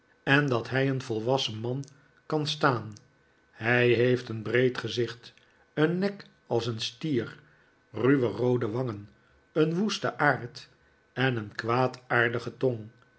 en dat hij een volwassen man kan staan hij heeft een breed gezicht een nek als een stier ruwe roode warigen een woesten aard en een kwaadaardige tong